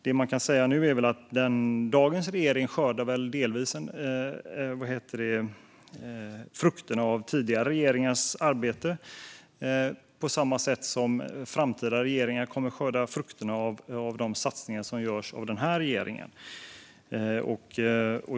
Dagens regering skördar väl delvis frukterna av tidigare regeringars arbete liksom framtida regeringar kommer att skörda frukterna av de satsningar som denna regering gör.